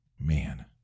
Man